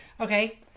Okay